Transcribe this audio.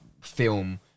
film